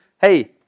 hey